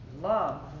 Love